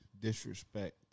disrespect